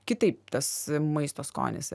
kitaip tas maisto skonis